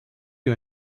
you